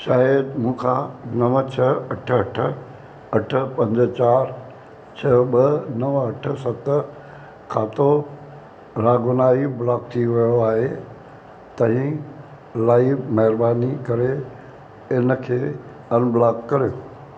शायदि मूंखां नव छह अठ अठ अठ पंज चारि छह ॿ नव अठ सत ख़ातो रागुनाही ब्लॉक थी वियो आहे तंहिं लाइ महिरबानी करे इनखे अनब्लॉक करियो